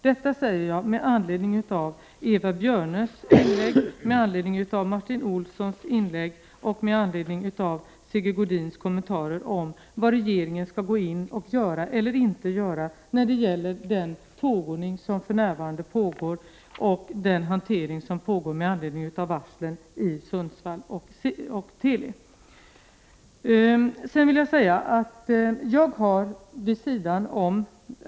Detta säger jag med anledning av Eva Björnes och Martin Olssons inlägg och med anledning av Sigge Godins kommentarer om vad regeringen skall göra eller inte göra när det gäller den tågordning som för närvarande gäller och den hantering som pågår med anledning av varslen vid Teli i Sundsvall.